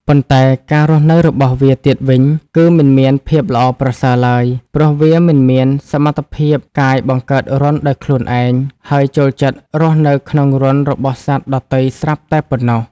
ប៉ុន្តែការរស់នៅរបស់វាទៀតវិញ គឺមិនមានភាពល្អប្រសើរឡើយ ព្រោះវាមិនមានសមត្ថភាពកាយបង្កើតរន្ធដោយខ្លួនឯង ហើយចូលចិត្តរស់នៅក្នុងរន្ធរបស់សត្វដទៃស្រាប់តែប៉ុណ្ណោះ។